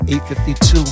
8.52